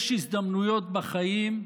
יש הזדמנויות בחיים שאדם,